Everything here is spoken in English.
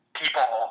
people